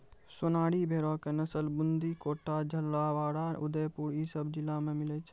सोनारी भेड़ो के नस्ल बूंदी, कोटा, झालाबाड़, उदयपुर इ सभ जिला मे मिलै छै